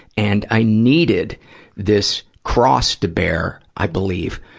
and i needed this cross to bear, i believe,